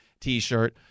t-shirt